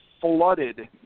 flooded